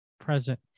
present